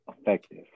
Effective